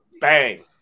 Bang